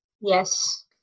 Yes